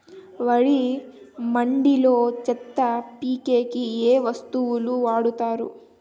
వరి మడిలో చెత్త పీకేకి ఏ వస్తువులు వాడుతారు?